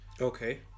okay